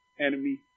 enemy